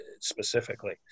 specifically